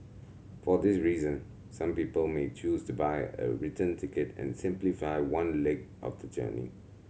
for this reason some people may choose to buy a return ticket and simply fly one leg of the journey